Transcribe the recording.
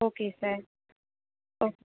okay sir okay